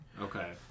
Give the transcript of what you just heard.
Okay